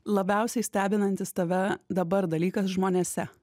labiausiai stebinantis tave dabar dalykas žmonėse